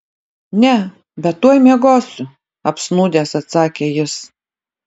ne bet tuoj miegosiu apsnūdęs atsakė jis